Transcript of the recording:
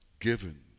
given